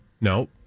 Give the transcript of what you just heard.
no